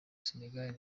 senegal